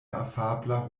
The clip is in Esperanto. afabla